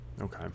Okay